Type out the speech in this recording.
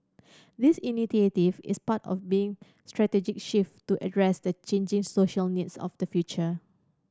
this initiative is part of being strategic shift to address the changing social needs of the future